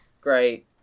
Great